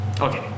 okay